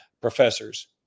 professors